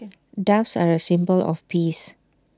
doves are A symbol of peace